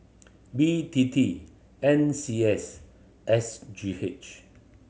B T T N C S S G H